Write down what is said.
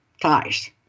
ties